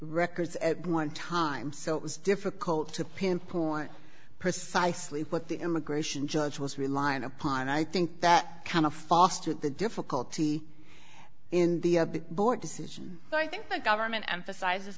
records at one time so it was difficult to pinpoint precisely what the immigration judge was relying upon and i think that kind of fostered the difficulty in the board decision but i think the government emphasizes